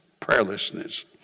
Prayerlessness